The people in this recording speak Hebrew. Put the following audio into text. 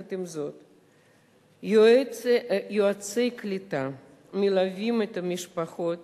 יחד עם זאת, יועצי קליטה מלווים את המשפחות